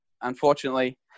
unfortunately